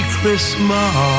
Christmas